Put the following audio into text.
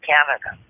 Canada